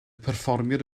perfformiad